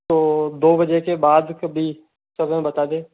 तो दो बजे के बाद कभी समय बता दे